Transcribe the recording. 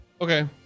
Okay